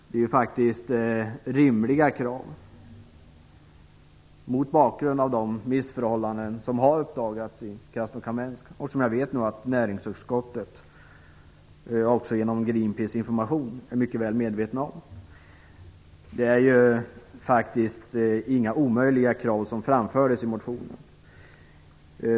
Det är faktiskt rimliga krav mot bakgrund av de missförhållanden som har uppdagats i Krasnokâmsk och som näringsutskottet genom information från Greenpeace är mycket väl medvetet om. Det är inga omöjliga krav som framfördes i motionen.